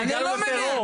הגענו לטרור,